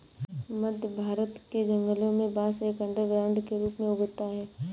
मध्य भारत के जंगलों में बांस एक अंडरग्राउंड के रूप में उगता है